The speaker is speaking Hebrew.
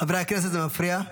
--- חברי כנסת, זה מפריע.